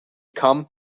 come